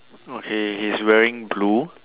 okay he's wearing blue